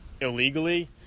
illegally